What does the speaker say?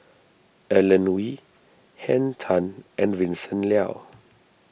Alan Oei Henn Tan and Vincent Leow